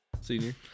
Senior